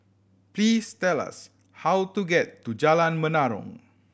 please tell us how to get to Jalan Menarong